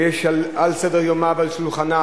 ויש על סדר-יומה ועל שולחנה,